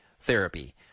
therapy